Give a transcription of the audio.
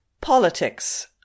Politics